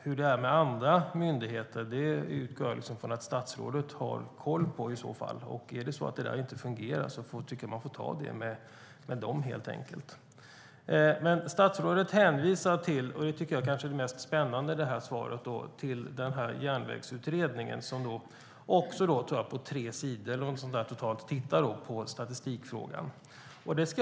Hur det är med andra myndigheter utgår jag från att statsrådet har koll på, och om det inte fungerar får man ta det med dem. Statsrådet hänvisar till - det är kanske det mest spännande i svaret - Järnvägsutredningen, som på totalt ungefär tre sidor tittar på statistikfrågan.